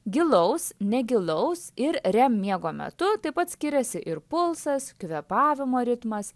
gilaus negilaus ir rem miego metu taip pat skiriasi ir pulsas kvėpavimo ritmas